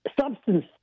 substance